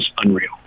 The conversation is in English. unreal